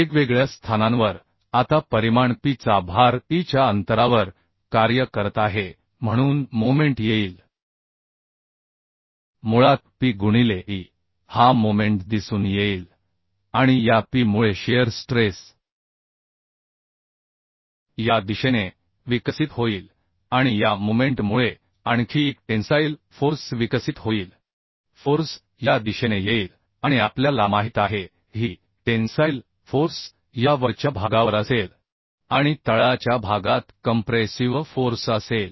वेगवेगळ्या स्थानांवर आता परिमाण P चा भार e च्या अंतरावर कार्य करत आहे म्हणून मोमेंट मुळात P गुणिले e हा मोमेंट दिसून येईल आणि या P मुळे शिअर स्ट्रेस या दिशेने विकसित होईल आणि या मोमेंट मुळे आणखी एक टेन्साईल फोर्स विकसित होईल फोर्स या दिशेने येईल आणि आपल्या ला माहित आहे की ही टेन्साईल फोर्स या वरच्या भागावर असेल आणि तळाच्या भागात कंप्रेसिव्ह फोर्स असेल